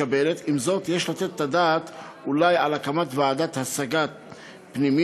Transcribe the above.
יש לתת את הדעת אולי על הקמת ועדת השגה פנימית,